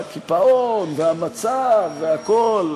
הקיפאון והמצב והכול.